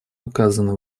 указаны